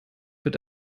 wird